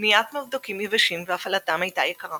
בניית מבדוקים יבשים והפעלתם הייתה יקרה,